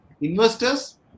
investors